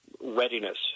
readiness